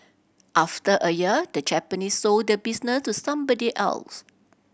after a year the Japanese sold the business to somebody else